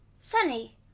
Sunny